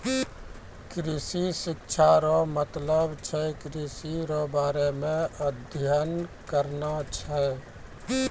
कृषि शिक्षा रो मतलब छै कृषि रो बारे मे अध्ययन करना छै